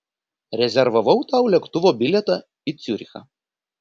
rezervavau tau lėktuvo bilietą į ciurichą